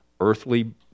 earthly